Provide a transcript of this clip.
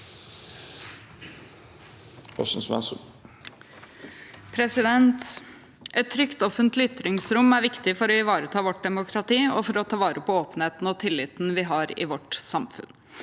Et trygt of- fentlig ytringsrom er viktig for å ivareta vårt demokrati, og for å ta vare på åpenheten og tilliten vi har i vårt samfunn.